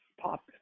pop